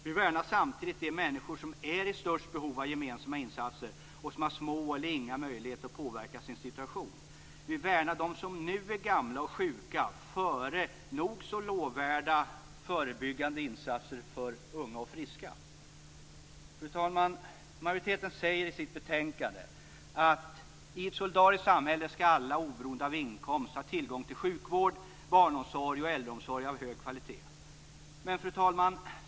Vi värnar samtidigt de människor som är i störst behov av gemensamma insatser och som har små eller inga möjligheter att påverka sin situation. Vi värnar dem som nu är gamla och sjuka före nog så lovvärda förebyggande insatser för unga och friska. Fru talman! Majoriteten skriver i sitt betänkande att alla, oberoende av inkomst, skall ha tillgång till sjukvård, barnomsorg och äldreomsorg av hög kvalitet i ett solidariskt samhälle. Fru talman!